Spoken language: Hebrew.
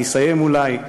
ואסיים אולי: